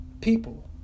people